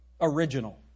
original